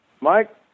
Mike